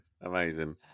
amazing